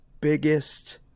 biggest